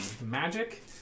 magic